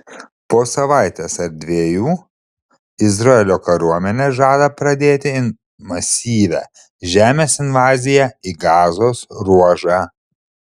po savaitės ar dviejų izraelio kariuomenė žada pradėti masyvią žemės invaziją į gazos ruožą